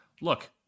look